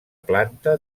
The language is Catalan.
planta